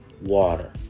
Water